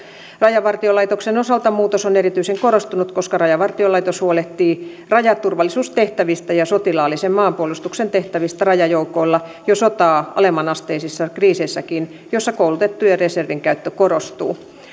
rajavartiolaitoksen osalta muutos on erityisen korostunut koska rajavartiolaitos huolehtii rajaturvallisuustehtävistä ja sotilaallisen maanpuolustuksen tehtävistä rajajoukoilla jo sotaa alemman asteisissa kriiseissäkin joissa koulutettujen reservien käyttö korostuu